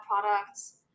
products